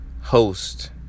host